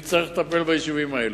נצטרך לטפל בהם.